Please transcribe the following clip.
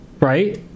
right